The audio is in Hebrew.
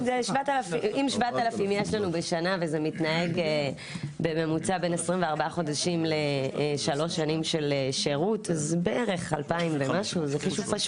יש לי חובות מול כל החשבונות שלי, שכר הדירה, הכל.